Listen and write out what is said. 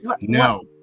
No